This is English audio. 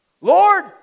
Lord